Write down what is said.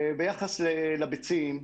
ביחס לביצים,